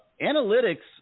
Analytics